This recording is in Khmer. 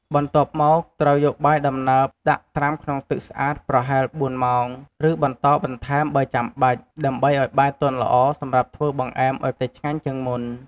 បន្ទាប់មក ត្រូវយកបាយដំណើបដាក់ត្រាំក្នុងទឹកស្អាតប្រហែល ៤ ម៉ោង ឬបន្តបន្ថែមបើចាំបាច់ ដើម្បីឱ្យបាយទន់ល្អ សម្រាប់ធ្វើបង្អែមឱ្យឆ្ងាញ់ជាងមុន។